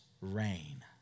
rain